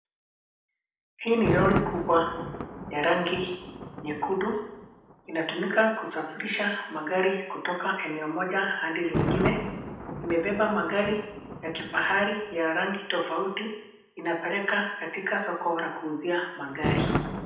Hii ni lori kubwa ya rangi nyekundu. Inatumika kusafirisha magari kutoka eneo moja hadi lingine. Imebeba magari ya kifahari ya rangi tofauti. Inapeleka katika soko la kuuzia magari.